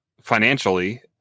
financially